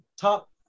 top